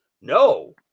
No